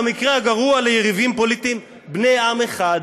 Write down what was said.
אלא, במקרה הגרוע, ליריבים פוליטיים בני עם אחד,